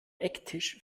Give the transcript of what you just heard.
ecktisch